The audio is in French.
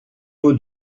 eau